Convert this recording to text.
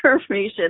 information